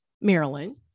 Maryland